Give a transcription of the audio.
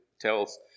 tells